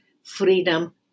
Freedom